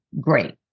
great